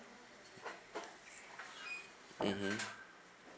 mmhmm